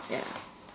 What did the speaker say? ya